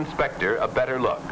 inspector a better look